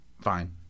Fine